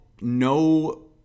no